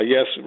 Yes